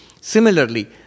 Similarly